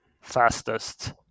fastest